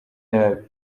nabi